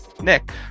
Nick